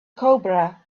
cobra